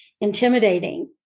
intimidating